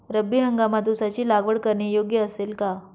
रब्बी हंगामात ऊसाची लागवड करणे योग्य असेल का?